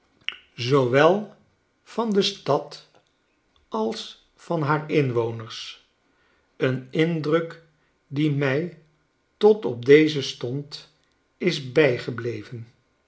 zoowel van de stad als van haar inwoners een indruk die mij tot op dezen stond is bijgebleven